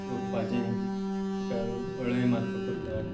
रोंपपाचें ताका अळय मारपाक पडटा